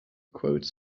quotes